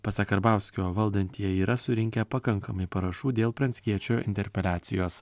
pasak karbauskio valdantieji yra surinkę pakankamai parašų dėl pranckiečio interpeliacijos